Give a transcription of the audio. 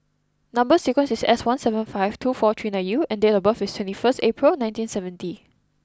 number sequence is S one seven five two four three nine U and date of birth is twenty first April nineteen seventy